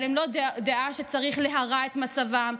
אבל זו לא דעה שצריך להרע את מצבם,